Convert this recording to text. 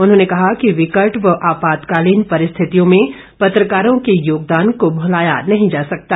उन्होंने कहा कि विकट व आपातकालीन परिस्थितियों में पत्रकारों के योगदान को भुलाया नहीं जा सकता